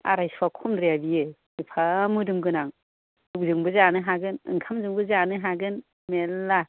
आरायस'वा खमद्राया बियो एफा मोदोम गोनां जौजोंबो जानो हागोन ओंखामजोंबो जानो हागोन मेल्ला